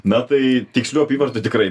na tai tikslių apyvartų tikrai